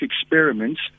experiments